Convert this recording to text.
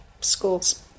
Schools